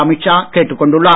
அமித்ஷா கேட்டுக் கொண்டுள்ளார்